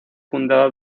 fundada